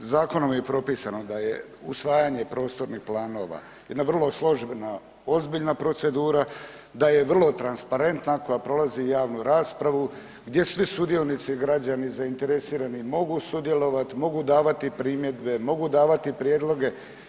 Zakonom je propisano da je usvajanje prostornih planova jedna vrlo složena, ozbiljna procedura da je vrlo transparentna koja prolazi javnu raspravu gdje svi sudionici građani zainteresirani mogu sudjelovat, mogu davati primjedbi, mogu davati prijedloge.